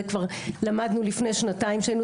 את זה כבר למדנו לפני שנתיים שהיינו